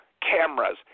cameras